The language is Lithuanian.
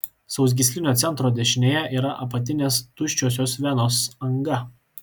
sausgyslinio centro dešinėje yra apatinės tuščiosios venos anga